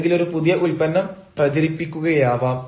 അല്ലെങ്കിൽ ഒരു പുതിയ ഉൽപ്പന്നം പ്രചരിപ്പിക്കുകയാവാം